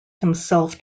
himself